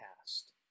cast